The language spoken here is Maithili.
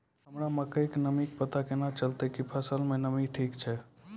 हमरा मकई के नमी के पता केना चलतै कि फसल मे नमी ठीक छै?